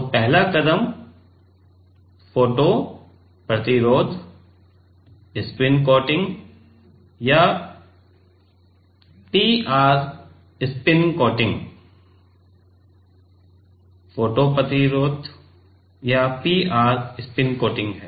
तो पहला कदम फोटो प्रतिरोध स्पिन कोटिंग या पीआर स्पिन कोटिंग फोटो प्रतिरोध या पीआर स्पिन कोटिंग है